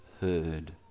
heard